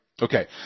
Okay